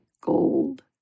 gold